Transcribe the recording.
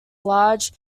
large